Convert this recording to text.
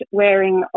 wearing